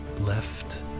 left